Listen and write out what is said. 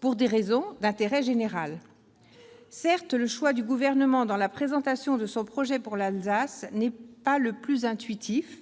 pour des raisons d'intérêt général. Absolument ! Certes, le choix du Gouvernement dans la présentation de son projet pour l'Alsace n'est pas le plus intuitif